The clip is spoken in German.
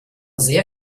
sehr